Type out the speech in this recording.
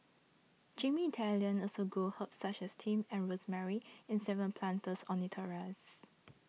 Jamie's Italian also grows herbs such as thyme and rosemary in seven planters on its terrace